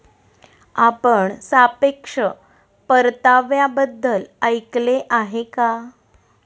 आपण सापेक्ष परताव्याबद्दल ऐकले आहे का?